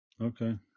Okay